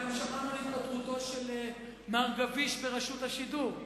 אלא גם שמענו על התפטרותו של מר גביש מרשות השידור.